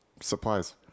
supplies